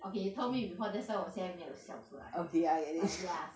okay you told me before that's why 我现在没有笑出来 but ya